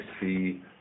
see